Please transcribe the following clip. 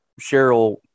Cheryl